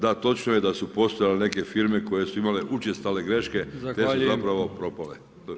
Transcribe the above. Da, točno je da su postojale neke firme koje su imale učestale greške te su zapravo propale.